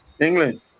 England